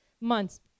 months